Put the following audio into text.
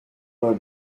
were